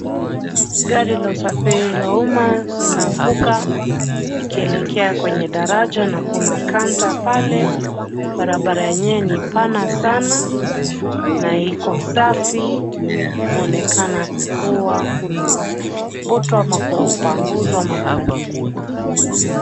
Gari la usafiri la umma linavuka, ikielekea kwenye daraja na kuna canter pale, barabara yenyewe ni pana sana, na iko safi, kuonekana, kuwa kuna mto ama kupanguzwa na kufagiliwa.